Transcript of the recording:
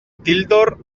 tildor